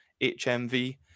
HMV